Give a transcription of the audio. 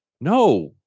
No